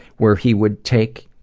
where he would take,